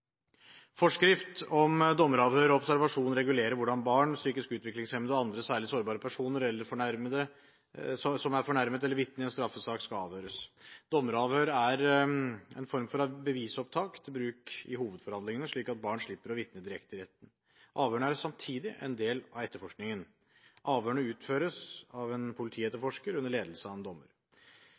Forskrift om dommeravhør og observasjon regulerer hvordan barn, psykisk utviklingshemmede og andre særlig sårbare personer som er fornærmet eller vitne i en straffesak, skal avhøres. Dommeravhør er en form for bevisopptak til bruk i hovedforhandlingene, slik at barn slipper å vitne direkte i retten. Avhørene er samtidig en del av etterforskningen. Avhørene utføres av en politietterforsker under ledelse av en dommer.